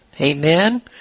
Amen